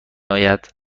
آید